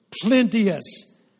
plenteous